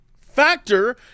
Factor